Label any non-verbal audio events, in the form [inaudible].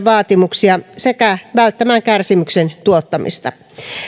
[unintelligible] vaatimuksia sekä välttämään kärsimyksen tuottamista